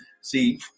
see